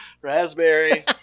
Raspberry